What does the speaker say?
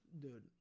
Dude